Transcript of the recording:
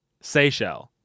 Seychelles